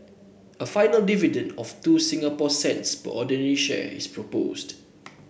a final dividend of two Singapore cents per ordinary share is proposed